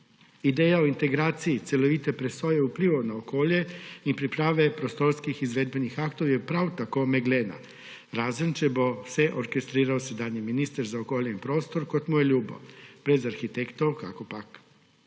Ideja o integraciji celovite presoje vplivov na okolje in priprave prostorskih izvedbenih aktov je prav tako meglena, razen če bo vse orkestriral sedanji minister za okolje in prostor, kot mu je ljubo, brez arhitektov, kakopak.